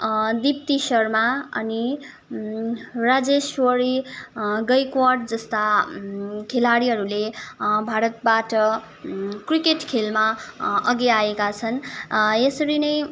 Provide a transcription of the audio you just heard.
दिप्ती शर्मा अनि राजेश्वरी गैक्वार्ड जस्ता खेलाडीहरूले भारतबाट क्रिकेट खेलमा अघि आएका छन् यसरी नै